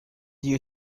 you